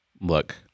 look